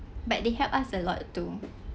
but they help us a lot too